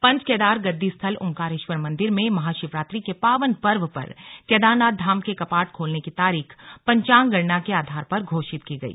पंचकेदार गद्दी स्थल ओंकारेश्वर मंदिर में महाशिवरात्रि के पावन पर्व पर केदारनाथ धाम के कपाट खोलने की तारीख पंचांग गणना के आधार पर घोषित की गई